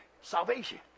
Salvation